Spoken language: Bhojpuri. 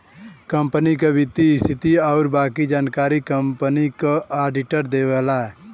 कंपनी क वित्तीय स्थिति आउर बाकी जानकारी कंपनी क आडिटर देवला